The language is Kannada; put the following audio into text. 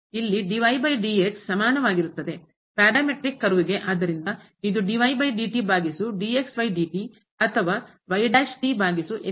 ಇಲ್ಲಿ ಸಮಾನವಾಗಿರುತ್ತದೆ ಪ್ಯಾರಾಮೀಟ್ರಿಕ್ ಕರ್ವ್ ಗೆ ಆದ್ದರಿಂದ ಇದು ಭಾಗಿಸು ಅಥವಾ ಭಾಗಿಸು